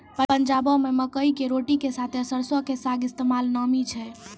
पंजाबो मे मकई के रोटी के साथे सरसो के साग के इस्तेमाल नामी छै